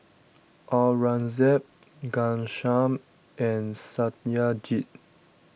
Aurangzeb Ghanshyam and Satyajit